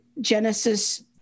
Genesis